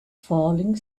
falling